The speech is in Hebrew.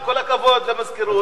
עם כל הכבוד למזכירות,